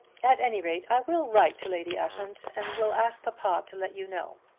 at any rate, i will write to lady ushant, and will ask papa to let you know.